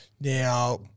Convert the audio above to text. Now